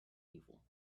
evil